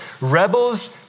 rebels